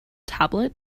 tablet